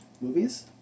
movies